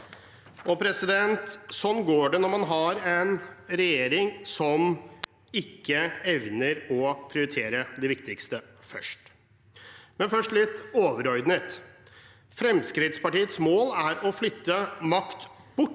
undersøkelse. Sånn går det når man har en regjering som ikke evner å prioritere det viktigste først. Men først litt overordnet: Fremskrittspartiets mål er å flytte makt bort